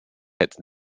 het